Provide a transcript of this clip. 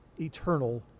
eternal